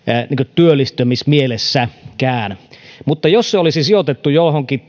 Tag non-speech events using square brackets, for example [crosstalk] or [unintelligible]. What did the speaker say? työllistymismielessäkään mutta jos se olisi sijoitettu jollekin [unintelligible]